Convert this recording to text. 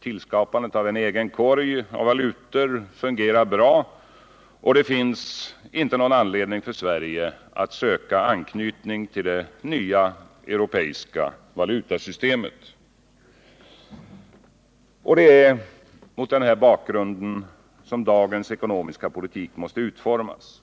Tillskapandet av en egen korg av valutor fungerar bra. Det finns därför inte någon anledning för Sverige att söka anknytning till det europeiska valutasystemet. Det är mot denna bakgrund som dagens ekonomiska politik måste utformas.